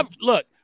look